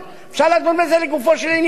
אפשר לדון בזה לגופו של עניין.